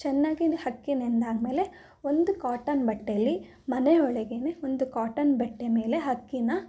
ಚೆನ್ನಾಗಿ ಅಕ್ಕಿ ನೆಂದು ಆದಮೇಲೆ ಒಂದು ಕಾಟನ್ ಬಟ್ಟೇಲಿ ಮನೆ ಒಳಗೇನೆ ಒಂದು ಕಾಟನ್ ಬಟ್ಟೆ ಮೇಲೆ ಅಕ್ಕಿನ